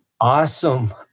Awesome